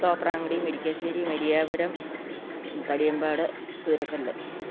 Thopramkudy Murikkassery Mariyapuram Thadiyampad Kuthirakallu